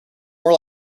more